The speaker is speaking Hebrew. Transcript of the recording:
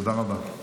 תודה רבה.